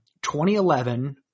2011